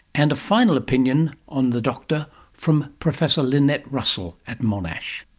and a final opinion on the doctor from professor lynette russell at monash.